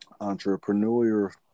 Entrepreneur